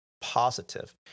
positive